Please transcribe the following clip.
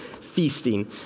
feasting